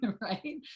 right